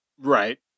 Right